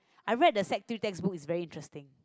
I read the sec two textbook is very interesting